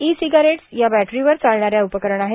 E cigarettes या बॅटरीवर चालणाऱ्या उफ्करण आहेत